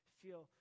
feel